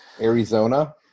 Arizona